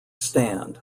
stand